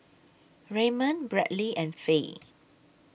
Raymond Bradly and Fay